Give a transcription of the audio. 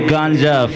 Ganja